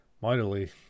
mightily